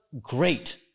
great